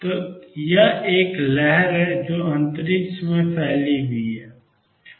तो यह एक लहर है जो अंतरिक्ष में फैली हुई है